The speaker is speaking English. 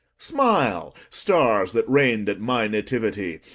smile, stars that reign'd at my nativity,